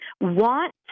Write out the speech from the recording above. want